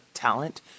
talent